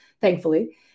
thankfully